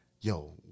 yo